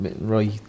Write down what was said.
right